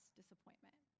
disappointment